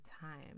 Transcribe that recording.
time